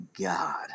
God